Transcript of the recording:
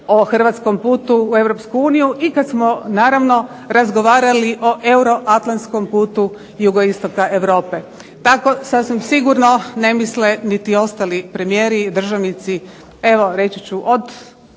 o hrvatskom putu u EU i kada smo razgovarali o euroatlantskom putu jugoistoka Europe. Tako sasvim sigurno ne misle niti ostali premijeri i državnici evo reći ću od